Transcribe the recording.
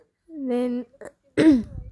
then